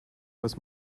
was